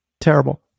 Terrible